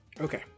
okay